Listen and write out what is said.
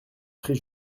prés